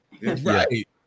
Right